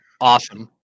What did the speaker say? awesome